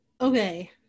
okay